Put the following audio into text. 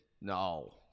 No